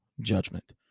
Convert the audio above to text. judgment